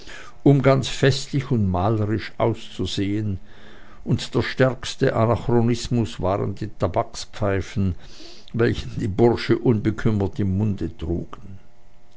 um ganz festlich und malerisch auszusehen und der stärkste anachronismus waren die tabakspfeifen welche die bursche unbekümmert im munde trugen